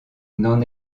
n’en